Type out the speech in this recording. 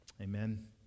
Amen